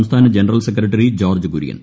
സംസ്ഥാന general secretary George Kurian